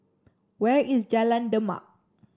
where is Jalan Demak